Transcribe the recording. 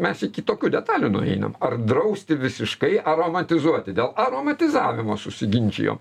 ames iki tokių detalių nueinam ar drausti visiškai aromatizuoti dėl aromatizavimo susiginčijom